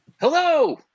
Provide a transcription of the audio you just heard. Hello